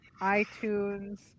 itunes